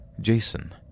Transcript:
Jason